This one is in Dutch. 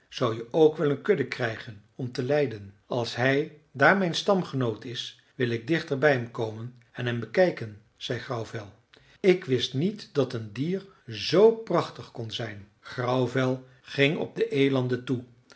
zou je ook wel een kudde krijgen om te leiden als hij daar mijn stamgenoot is wil ik dichter bij hem komen en hem bekijken zei grauwvel ik wist niet dat een dier z prachtig kon zijn grauwvel ging op de elanden toe